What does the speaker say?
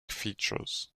features